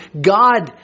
God